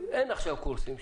אין עכשיו קורסים.